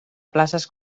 places